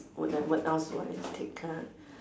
what then what else would I take ah